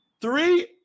Three